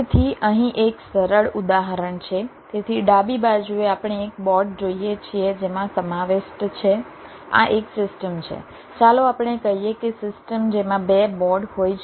તેથી અહીં એક સરળ ઉદાહરણ છે તેથી ડાબી બાજુએ આપણે એક બોર્ડ જોઈએ છીએ જેમાં સમાવિષ્ટ છે આ એક સિસ્ટમ છે ચાલો આપણે કહીએ કે સિસ્ટમ જેમાં 2 બોર્ડ હોય છે